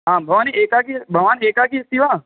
आम् भवान् एकाकी भवान् एकाकी अस्ति वा